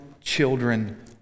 children